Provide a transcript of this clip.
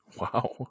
Wow